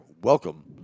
Welcome